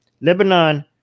lebanon